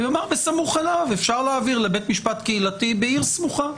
ויאמר בסמוך אליו אפשר להעביר לבית משפט קהילתי בעיר סמוכה.